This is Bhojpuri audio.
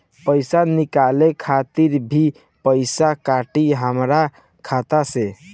पईसा निकाले खातिर भी पईसा कटी हमरा खाता से?